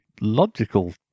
logical